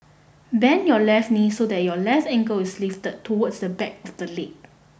bend your left knee so that your left ankle is lifted towards the back of the leg